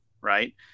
Right